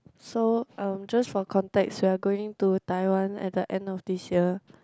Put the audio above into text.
so um just for context we're going to Taiwan at the end of this year